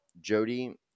Jody